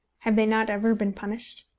have they not ever been punished?